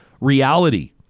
reality